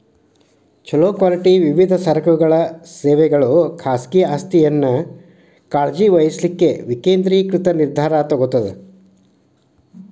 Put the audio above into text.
ಛೊಲೊ ಕ್ವಾಲಿಟಿ ವಿವಿಧ ಸರಕುಗಳ ಸೇವೆಗಳು ಖಾಸಗಿ ಆಸ್ತಿಯನ್ನ ಕಾಳಜಿ ವಹಿಸ್ಲಿಕ್ಕೆ ವಿಕೇಂದ್ರೇಕೃತ ನಿರ್ಧಾರಾ ತೊಗೊತದ